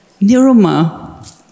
Niruma